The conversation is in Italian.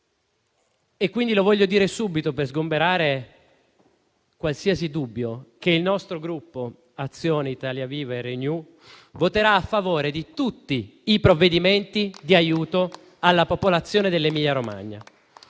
anni fa. Voglio dire subito, per sgomberare qualsiasi dubbio, che il nostro Gruppo Azione-Italia Viva-RenewEurope voterà a favore di tutti i provvedimenti di aiuto alla popolazione dell'Emilia-Romagna.